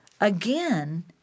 again